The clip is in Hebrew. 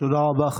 תודה רבה.